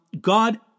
God